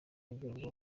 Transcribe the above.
agira